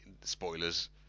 spoilers